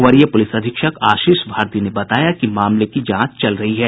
वरीय पुलिस अधीक्षक आशीष भारती ने बताया कि मामले की जांच चल रही है